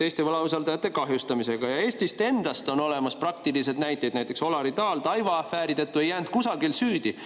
teiste võlausaldajate kahjustamisega. Eestist endast on olemas praktilised näited. Näiteks, Olari Taal Daiwa-afääri tõttu ei jäänud kusagil süüdi,